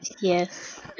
Yes